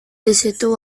disitu